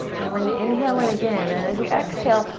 and then we're gonna inhale in again and as you exhale,